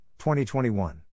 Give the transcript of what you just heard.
2021